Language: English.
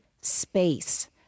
space